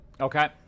Okay